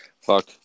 Fuck